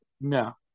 No